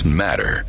matter